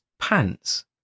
pants